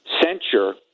Censure